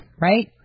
right